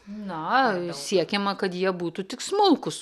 na siekiama kad jie būtų tik smulkūs